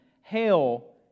Hail